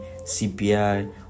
CPI